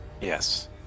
yes